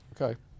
Okay